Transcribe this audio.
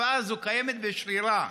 התופעה הזאת קיימת ושרירה.